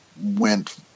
went